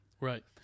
Right